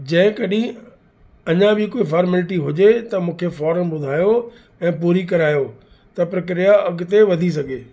जे कॾहिं अञा बि कोई फ़ॉर्मेलिटी हुजे त मूंखे फ़ौरन ॿुधायो ऐं पूरी करायो त प्रक्रिया अॻिते वधी सघे